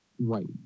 Right